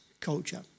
culture